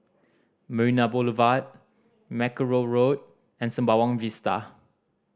Marina Boulevard Mackerrow Road and Sembawang Vista